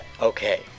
Okay